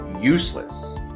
useless